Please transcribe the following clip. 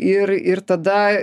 ir ir tada